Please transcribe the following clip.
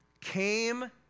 came